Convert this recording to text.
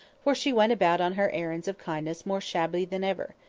for she went about on her errands of kindness more shabby than ever.